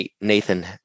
Nathan